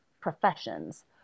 professions